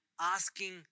asking